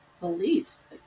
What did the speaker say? beliefs